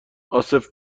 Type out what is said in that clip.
عاصف